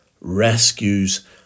rescues